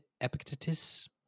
Epictetus